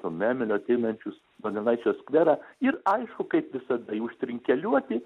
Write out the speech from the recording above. memelio ateinančius donelaičio skverą ir aišku kaip visada jį užtrinkeliuoti